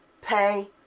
Pay